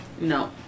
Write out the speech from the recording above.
No